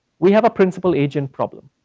we have a principal agent problem,